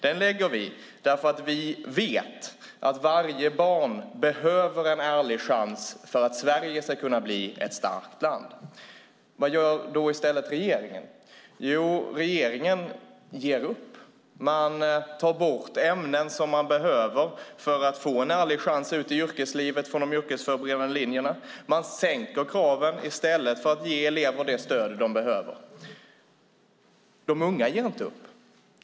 Den gör vi därför att vi vet att varje barn behöver en ärlig chans för att Sverige ska kunna bli ett starkt land. Vad gör regeringen i stället? Jo, regeringen ger upp och tar bort ämnen från de yrkesförberedande programmen som eleverna behöver för att få en ärlig chans ute i yrkeslivet. Man sänker kraven i stället för att ge eleverna det stöd som de behöver. De unga ger inte upp.